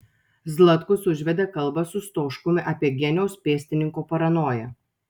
zlatkus užvedė kalbą su stoškumi apie geniaus pėstininko paranoją